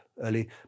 early